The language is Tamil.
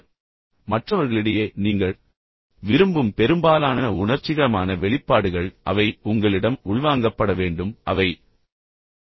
எனவே மற்றவர்களிடையே நீங்கள் விரும்பும் பெரும்பாலான உணர்ச்சிகரமான வெளிப்பாடுகள் அவை உங்களிடம் உள்வாங்கப்பட வேண்டும் உண்மையில் அவை அனைத்தும் மறைந்துள்ளன